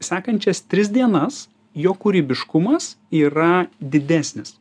sekančias tris dienas jo kūrybiškumas yra didesnis